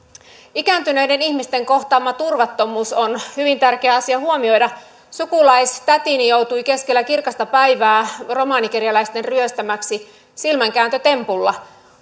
ikääntyneiden ihmisten kohtaama turvattomuus on hyvin tärkeä asia huomioida sukulaistätini joutui keskellä kirkasta päivää romanikerjäläisten ryöstämäksi silmänkääntötempulla